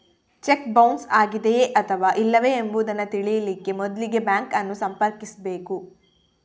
check bounce ಆಗಿದೆಯೇ ಅಥವಾ ಇಲ್ಲವೇ ಎಂಬುದನ್ನ ತಿಳೀಲಿಕ್ಕೆ ಮೊದ್ಲಿಗೆ ಬ್ಯಾಂಕ್ ಅನ್ನು ಸಂಪರ್ಕಿಸ್ಬೇಕು